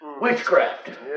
witchcraft